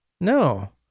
No